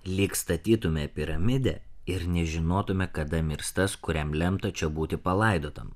lyg statytume piramidę ir nežinotume kada mirs tas kuriam lemta čia būti palaidotam